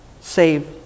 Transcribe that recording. save